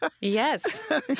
Yes